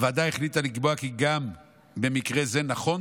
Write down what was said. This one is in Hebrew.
הוועדה החליטה לקבוע כי גם במקרה זה נכון